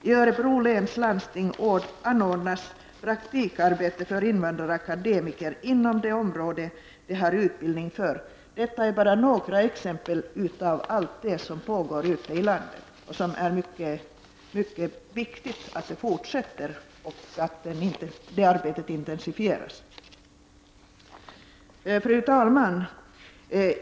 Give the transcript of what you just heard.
I Örebro läns landsting anordnas praktikarbete för invandrarakademiker inom de områden som de har utbildning för. Detta är bara några exempel på allt det arbete som pågår ute i landet. Det är mycket viktigt att det arbetet fortsätter och intensifieras. Fru talman!